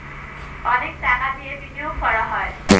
অনেক টাকা দিয়ে বিনিয়োগ করা হয়